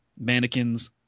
mannequins